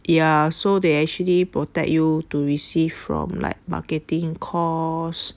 ya so they actually protect you to receive from like marketing calls